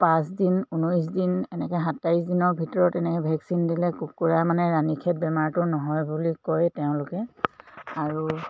পাঁচদিন ঊনৈছ দিন এনেকৈ সাতাইছ দিনৰ ভিতৰত এনেকৈ ভেকচিন দিলে কুকুৰা মানে ৰাণীক্ষেত বেমাৰটো নহয় বুলি কয় তেওঁলোকে আৰু